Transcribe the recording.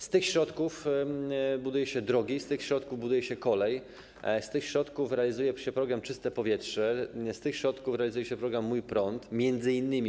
Z tych środków buduje się drogi, z tych środków buduje się kolej, z tych środków realizuje się program ˝Czyste powietrze˝, z tych środków realizuje się program ˝Mój prąd˝ - oczywiście między innymi.